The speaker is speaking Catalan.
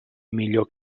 millor